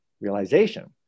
realization